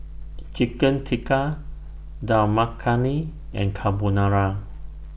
Chicken Tikka Dal Makhani and Carbonara